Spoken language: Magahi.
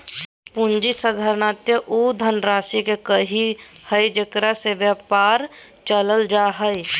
पूँजी साधारणतय उ धनराशि के कहइ हइ जेकरा से व्यापार चलाल जा हइ